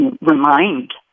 remind